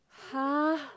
!huh!